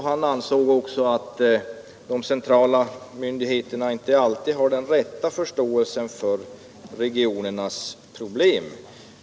Han ansåg också att de centrala myndigheterna inte alltid har den rätta förståelsen för regionernas problem.